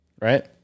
Right